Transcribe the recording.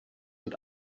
und